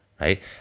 right